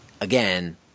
Again